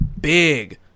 Big